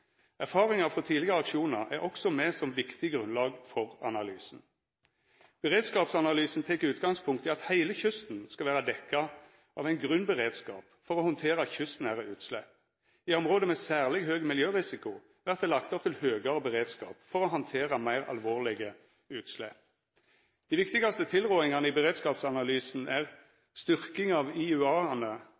frå tidlegare aksjonar er også med som viktig grunnlag for analysen. Beredskapsanalysen tek utgangspunkt i at heile kysten skal vera dekt av ein grunnberedskap for å handtera kystnære utslepp. I område med særleg høg miljørisiko vert det lagt opp til høgare beredskap for å handtera meir alvorlege utslepp. Dei viktigaste tilrådingane i beredskapsanalysen er styrking av